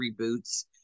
reboots